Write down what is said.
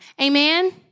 Amen